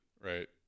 Right